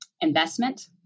investment